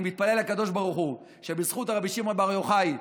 אני מתפלל לקדוש ברוך הוא שבזכות הרבי שמעון בר יוחאי,